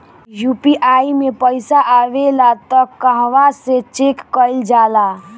UPI मे पइसा आबेला त कहवा से चेक कईल जाला?